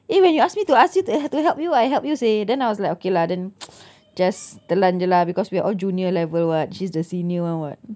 eh when you ask me to ask you to to help you I help you seh then I was like okay lah then just telan jer lah because we are all junior level [what] she's the senior [one] [what]